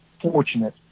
fortunate